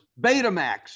Betamax